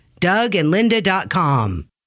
DougAndLinda.com